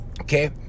okay